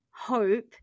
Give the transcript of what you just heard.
hope